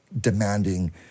demanding